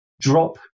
drop